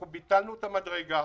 אנחנו ביטלנו את המדרגה